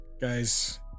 Guys